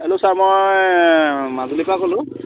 hello sir মই মাজুলীৰ পৰা ক'লো